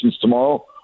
tomorrow